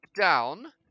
down